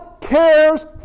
cares